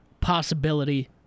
possibility